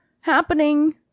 happening